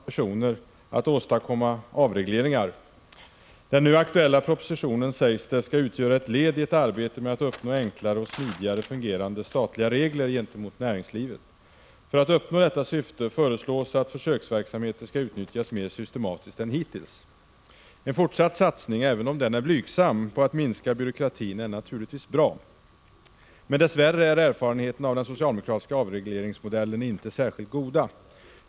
Herr talman! Regeringen har under senare år i olika sammanhang uttalat ambitioner att åstadkomma avregleringar. Den nu aktuella propositionen, sägs det, skall utgöra ett led i ett arbete med att uppnå enklare och smidigare fungerande statliga regler gentemot näringslivet. För att uppnå detta syfte föreslås att försöksverksamheter skall utnyttjas mer systematiskt än hittills. En fortsatt satsning, även om den är blygsam, på att minska byråkratin är naturligtvis bra. Men dess värre är erfarenheterna av den socialdemokratiska avregleringsmodellen inte särskilt goda.